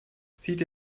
zieht